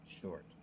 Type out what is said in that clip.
short